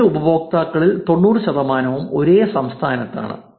രണ്ട് ഉപയോക്താക്കളിൽ 90 ശതമാനവും ഒരേ സംസ്ഥാനത്താണ്